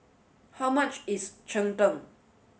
how much is Cheng Tng